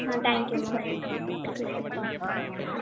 ஆ thank you ma'am ம்